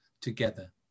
together